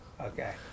Okay